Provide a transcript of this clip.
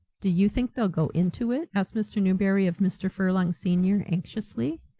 do you think they'll go into it? asked mr. newberry of mr. furlong senior, anxiously.